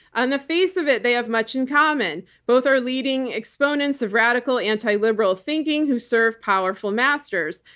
on the face of it, they have much in common both are leading exponents of radical anti-liberal thinking who serve powerful masters.